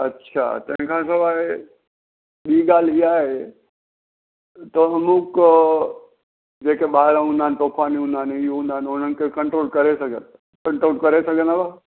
अच्छा त इन खां सवाइ ॿी ॻाल्हि इहा आहे त अमुक जेके ॿार हूंदा आहिनि तुफ़ानी हूंदा आहिनि इहे हूंदा आहिनि हो हूंदा आहिनि हुननि खे कंट्रोल करे सघे कंट्रोल करे सघंदव